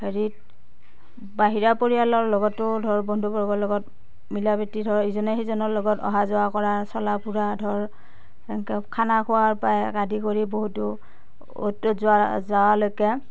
হেৰিত বাহিৰা পৰিয়ালৰ লগতো ধৰ বন্ধু বৰ্গৰ লগত মিলাপ্ৰীতি ধৰ ইজনে সিজনৰ লগত অহা যোৱা কৰা চলা ফুৰা ধৰ সেনেকুৱা খানা খোৱাৰ পৰা আদি কৰি বহুতো অ'ত ত'ত যোৱা যোৱা লৈকে